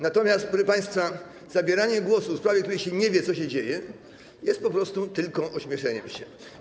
Natomiast, proszę państwa, zabieranie głosu w sprawie, w której się nie wie, co się dzieje, jest po prostu ośmieszaniem się.